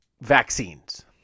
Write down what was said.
vaccines